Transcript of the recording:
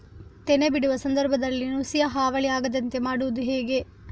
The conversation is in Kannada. ತೆನೆ ಬಿಡುವ ಸಂದರ್ಭದಲ್ಲಿ ನುಸಿಯ ಹಾವಳಿ ಆಗದಂತೆ ಮಾಡುವುದು ಹೇಗೆ?